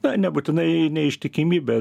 na nebūtinai neištikimybė